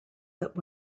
that